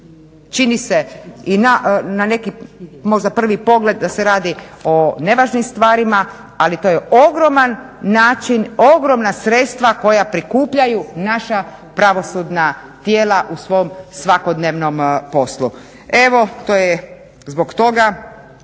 čini se, i na neki možda prvi pogled, da se radi o nevažnim stvarima, ali to je ogroman način, ogromna sredstva koja prikupljaju naša pravosudna tijela u svom svakodnevnom poslu. Evo, to je zbog toga.